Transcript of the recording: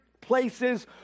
places